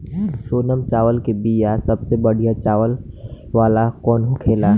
सोनम चावल के बीया सबसे बढ़िया वाला कौन होखेला?